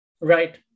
Right